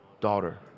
Daughter